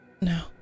No